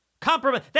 Compromise